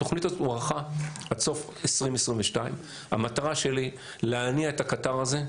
התוכנית הזאת הוארכה עד סוף 2022. המטרה שלי להניע את הקטר הזה,